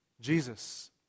Jesus